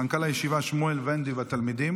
מנכ"ל הישיבה שמואל ונדי והתלמידים